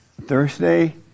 Thursday